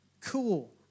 Cool